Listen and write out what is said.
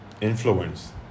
influence